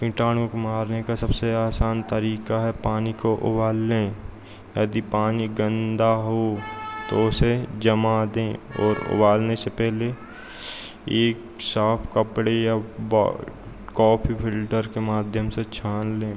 कीटाणु को मारने का सबसे आसान तरीका है पानी को उबाल लें यदि पानी गंदा हो तो उसे जमा दें और उबालने से पहले एक साफ कपड़े या बा कॉफी फिल्टर के माध्यम से छान लें